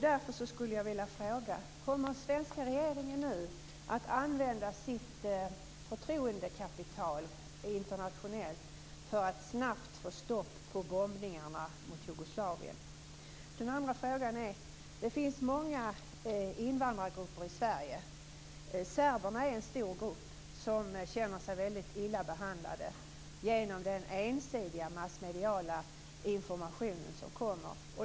Därför skulle jag vilja fråga: Kommer den svenska regeringen nu att använda sitt förtroendekapital internationellt för att snabbt få stopp på bombningarna mot Jugoslavien? För det andra: Det finns många invandrargrupper i Sverige. Serberna är en stor grupp som känner sig väldigt illa behandlad genom den ensidiga massmediala informationen.